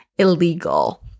illegal